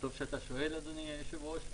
טוב שאתה שואל, אדוני היושב-ראש.